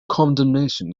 condemnation